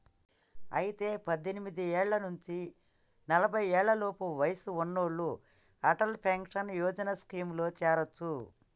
అయితే పద్దెనిమిది ఏళ్ల నుంచి నలఫై ఏడు లోపు వయసు ఉన్నోళ్లు అటల్ పెన్షన్ యోజన స్కీమ్ లో చేరొచ్చు